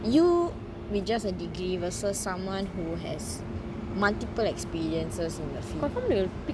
you with just a degre versus someone who has multiple experiences in the field